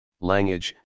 language